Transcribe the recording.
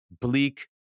bleak